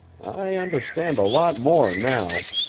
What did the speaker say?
i understand a lot more now.